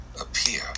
appear